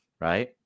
right